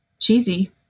cheesy